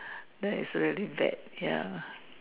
that's really bad ya